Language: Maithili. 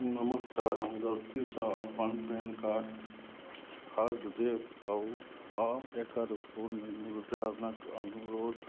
नमस्कार हम गलतीसे अपन पैन कार्ड फाड़ि देलहुँ आओर एकर पुनर्मुद्रणके अनुरोध